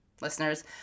listeners